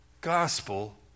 gospel